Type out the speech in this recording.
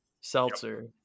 seltzer